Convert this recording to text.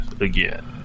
again